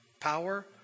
power